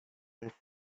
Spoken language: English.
and